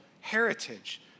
heritage